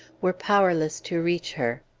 were powerless to reach her.